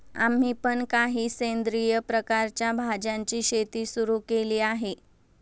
आम्ही पण काही सेंद्रिय प्रकारच्या भाज्यांची शेती सुरू केली आहे